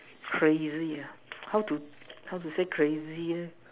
crazy ah how to how to say crazy eh